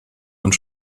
und